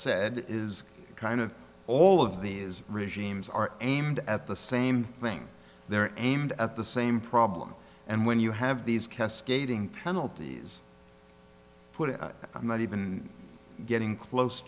said is kind of all of these regimes are aimed at the same thing they're aimed at the same problem and when you have these cascading penalties put it i'm not even getting close